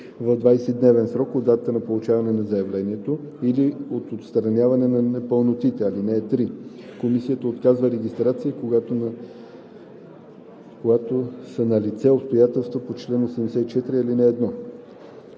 в 20-дневен срок от датата на получаване на заявлението или от отстраняване на непълнотите. (3) Комисията отказва регистрация, когато са налице обстоятелствата по чл. 84, ал. 1.